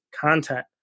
content